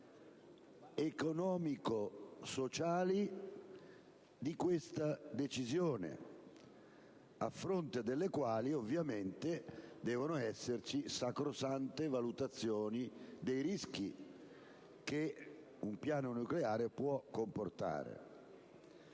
economico‑sociali di questa decisione, a fronte delle quali, ovviamente, devono esserci sacrosante valutazioni dei rischi che un piano nucleare può comportare?